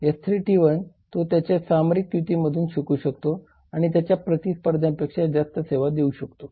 S3 T1 तो त्याच्या सामरिक युतींमधून शिकू शकतो आणि त्याच्या प्रतिस्पर्ध्यापेक्षा जास्त सेवा देऊ शकतो